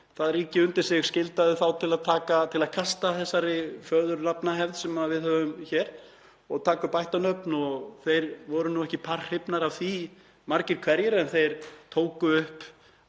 það ríki undir sig skyldaði hann Hollendinga til að kasta þessari föðurnafnahefð sem við höfum hér og taka upp ættarnöfn. Þeir voru nú ekki par hrifnir af því margir hverjir en þeir tóku upp